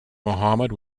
mohammad